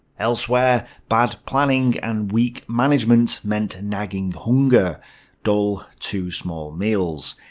elsewhere, bad planning and weak management meant and nagging hunger dull, too-small meals.